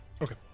Okay